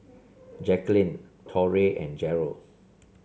Jacquelyn Torrey and Jarrell